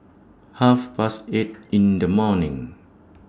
Half Past eight in The morning